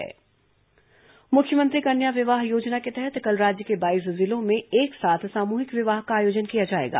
मुख्यमंत्री कन्या विवाह योजना मुख्यमंत्री कन्या विवाह योजना के तहत कल राज्य के बाईस जिलों में एक साथ सामूहिक विवाह का आयोजन किया जाएगा